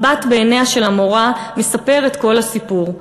מבט בעיניה של המורה מספר את כל הסיפור: